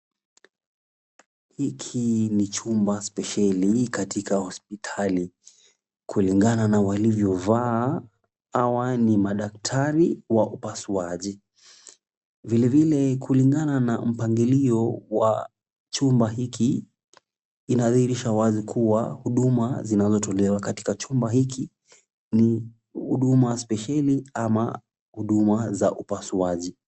Hiki ni chumba spesheli katika hosipitali, kulingana na walivyo vaa hawa ni madaktari wa upasuaji, vile vile kulingana na mpangilio wa chumba hiki, inadhihirisha wazi kuwa huduma zinazotolewa katika chumba hiki ni huduma spesheli ama huduma za upasuaji.